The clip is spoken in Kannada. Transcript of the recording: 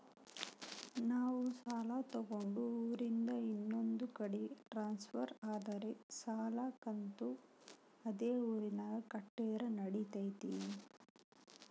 ನಾವು ಸಾಲ ತಗೊಂಡು ಊರಿಂದ ಇನ್ನೊಂದು ಕಡೆ ಟ್ರಾನ್ಸ್ಫರ್ ಆದರೆ ಸಾಲ ಕಂತು ಅದೇ ಊರಿನಾಗ ಕಟ್ಟಿದ್ರ ನಡಿತೈತಿ?